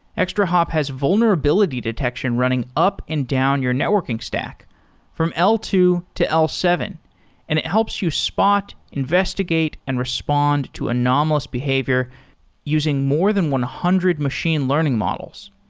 extrahop has vulnerability detection running up and down your networking stock from l two to l seven and it helps you spot, investigate and respond to anomalous behavior using more than one hundred machine learning models.